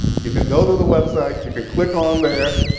you can go to the website. you can click on there.